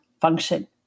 function